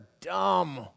dumb